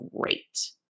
great